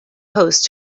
host